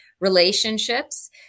relationships